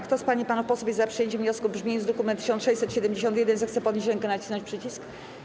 Kto z pań i panów posłów jest za przyjęciem wniosku w brzmieniu z druku nr 1671, zechce podnieść rękę i nacisnąć przycisk.